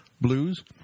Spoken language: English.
blues